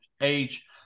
age